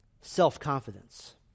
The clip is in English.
self-confidence